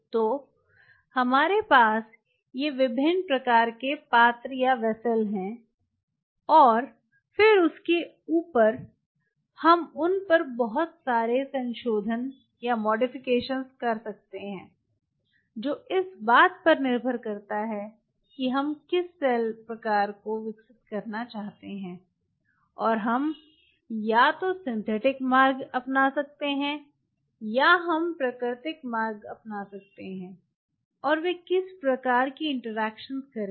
तो हमारे पास ये विभिन्न प्रकार के पात्र हैं और फिर उसके ऊपर हम उन पर बहुत सारे संशोधन कर सकते हैं जो इस बात पर निर्भर करता है कि हम किस सेल प्रकार को विकसित करना चाहते हैं और हम या तो सिंथेटिक मार्ग अपना सकते हैं या हम प्राकृतिक मार्ग अपना सकते हैं और वे किस प्रकार की इंटरैक्शन करेंगे